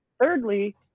thirdly